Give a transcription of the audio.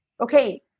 okay